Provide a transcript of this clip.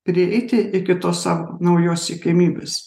prieiti iki to sau naujos siekiamybės